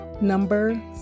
number